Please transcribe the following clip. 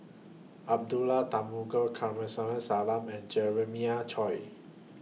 Abdullah Tarmugi Kamsari Salam and Jeremiah Choy